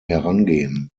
herangehen